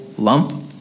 Lump